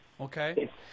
Okay